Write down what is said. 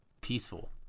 peaceful